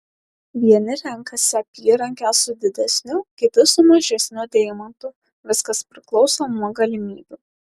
vieni renkasi apyrankę su didesniu kiti su mažesniu deimantu viskas priklauso nuo galimybių